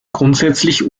grundsätzlich